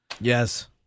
Yes